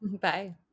Bye